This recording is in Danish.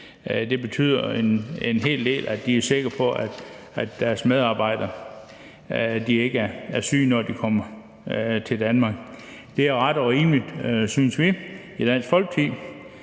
Det betyder en hel del, at de er sikre på, at deres medarbejdere ikke er syge, når de kommer til Danmark. Det er ret og rimeligt, synes vi i Dansk Folkeparti.